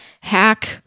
hack